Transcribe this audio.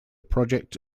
project